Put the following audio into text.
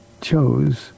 chose